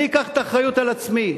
אני אקח את האחריות על עצמי,